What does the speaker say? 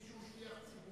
צריך שמי שהוא שליח ציבור,